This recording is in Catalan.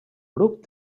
grup